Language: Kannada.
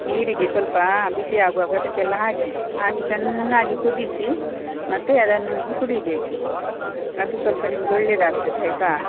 ನೀರಿಗೆ ಸ್ವಲ್ಪ ಬಿಸಿಯಾಗುವಾಗ ಅದಕ್ಕೆಲ್ಲ ಹಾಕಿ ಹಾಕಿ ಚೆನ್ನಾಗಿ ಕುದಿಸಿ ಮತ್ತೆ ಅದನ್ನು ನೀವು ಕುಡಿಬೇಕು ಅದು ಸ್ವಲ್ಪ ನಿಮಗೆ ಒಳ್ಳೇದಾಗ್ತದೆ ಆಯಿತಾ